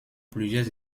plusieurs